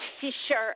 T-shirt